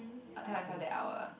I'll tell myself that I will